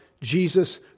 Jesus